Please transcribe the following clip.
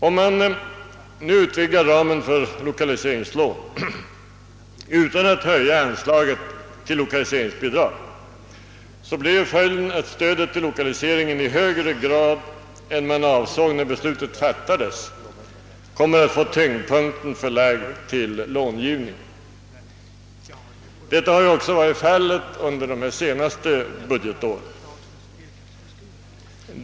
Om man nu utvidgar ramen för lokaliseringslån utan att höja anslaget till lokaliseringsbidrag blir följden att stödet till lokaliseringen i högre grad än vad som avsågs när beslutet fattades kommer att få tyngdpunkten förlagd till långivning. Detta har ju också varit fallet under de senaste budgetåren.